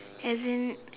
as in